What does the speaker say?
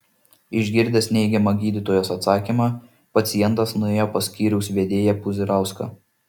išgirdęs neigiamą gydytojos atsakymą pacientas nuėjo pas skyriaus vedėją puzirauską